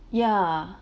yeah